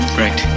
great